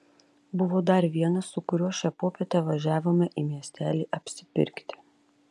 buvo dar vienas su kuriuo šią popietę važiavome į miestelį apsipirkti